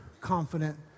confident